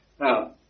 Now